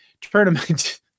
tournament